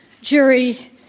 jury